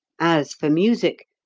as for music,